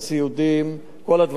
בכמה דוחות של המבקר.